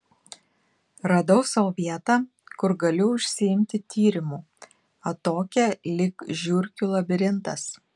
radau sau vietą kur galiu užsiimti tyrimu atokią lyg žiurkių labirintas